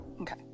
Okay